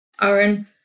Aaron